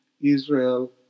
Israel